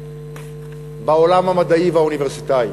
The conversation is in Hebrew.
בעולם המדעי והאוניברסיטאי.